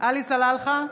עלי סלאלחה,